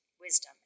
wisdom